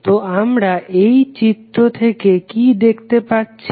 তো আমরা এই চিত্র থেকে কি দেখতে পাচ্ছি